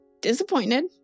disappointed